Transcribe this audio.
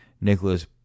Nicholas